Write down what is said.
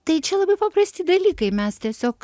tai čia labai paprasti dalykai mes tiesiog